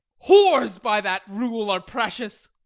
whores by that rule are precious.